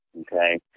Okay